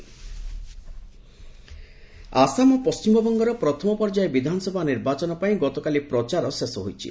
ଆସେମ୍କି elections Assam ଓ ପଶ୍ଚିମବଙ୍ଗର ପ୍ରଥମ ପର୍ଯ୍ୟାୟ ବିଧାନସଭା ନିର୍ବାଚନ ପାଇଁ ଗତକାଲି ପ୍ରଚାର ଶେଷ ହୋଇଛି